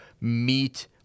meet